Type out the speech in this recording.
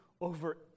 over